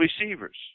receivers